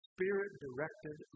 Spirit-directed